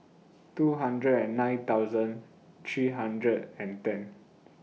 two hundred and nine thousand three hundred and ten